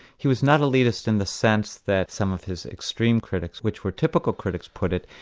he was not elitist in the sense that some of his extreme critics, which were typical critics, put it,